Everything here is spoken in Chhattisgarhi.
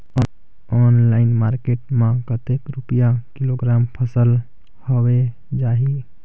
ऑनलाइन मार्केट मां कतेक रुपिया किलोग्राम फसल हवे जाही?